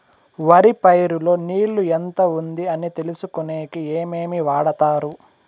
వరి పైరు లో నీళ్లు ఎంత ఉంది అని తెలుసుకునేకి ఏమేమి వాడతారు?